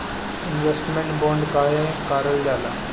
Investment bond काहे कारल जाला?